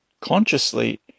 consciously